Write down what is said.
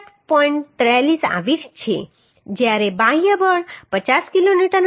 43 આવી રહી છે જ્યારે બાહ્ય બળ 50 કિલોન્યુટન હતું